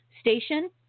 station